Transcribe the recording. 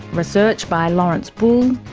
research by lawrence bull,